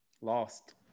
Lost